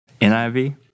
NIV